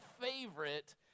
favorite